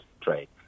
trade